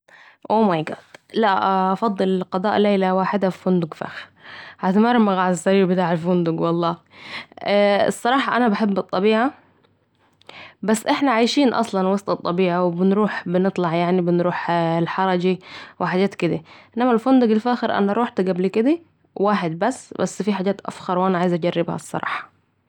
لأ افضل قضاء ليلة واحده في فندق فاخر (oh my god) هتمرمغ على السرير بتاع الفندق والله ،الصراحه انا بحب الطبيعية بس إحنا عايشين و سط الطبيعه و بنطلع يعني نروح الحرجه وحجات كده، إنما الفنادق الفاخره أنا رحت قبل كده واحد بس ، بس في حجات أفخر وانا عايزه أجربها الصراحه